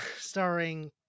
starring